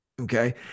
Okay